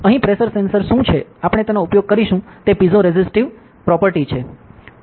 અહીં pressure sensor શું છે આપણે તેનો ઉપયોગ કરીશું તે પીઝોરેસિટીવ પ્રોપર્ટી છે